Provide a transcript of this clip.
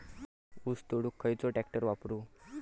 ऊस तोडुक खयलो ट्रॅक्टर वापरू?